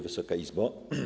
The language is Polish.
Wysoka Izbo!